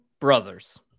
brothers